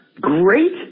great